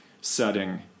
setting